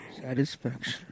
Satisfaction